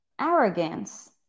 arrogance